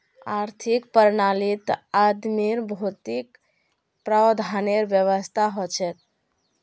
आर्थिक प्रणालीत आदमीर भौतिक प्रावधानेर व्यवस्था हछेक